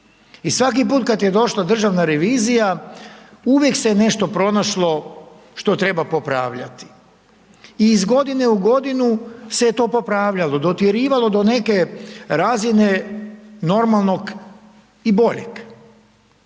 i svaki put kad je došla državna revizija uvijek se je nešto pronašlo što treba popravljati. I iz godine u godinu se je to popravljalo, dotjerivalo do neke razine normalnog i bolje.